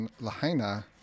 Lahaina